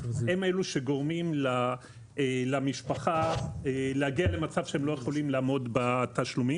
הם אלו שגורמים למשפחה להגיע למצב שהם לא יכולים לעמוד בתשלומים.